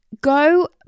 go